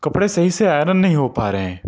کپڑے صحیح سے آئرن نہیں ہو پا رہے ہیں